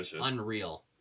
unreal